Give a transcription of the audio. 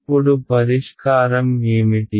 అప్పుడు పరిష్కారం ఏమిటి